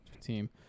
team